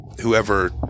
whoever